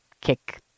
kick